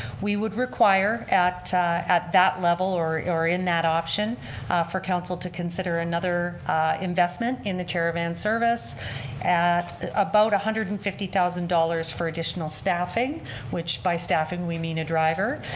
we would require at at that level or or in that option for council to consider another investment in the chair-a-van service at about one hundred and fifty thousand dollars for additional staffing which by staffing, we mean a driver,